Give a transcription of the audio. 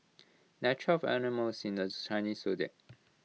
there are twelve animals in the Chinese Zodiac